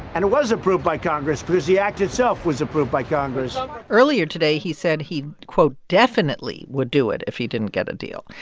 and it was approved by congress because the act itself was approved by congress earlier today, he said he, quote, definitely would do it if he didn't get a deal.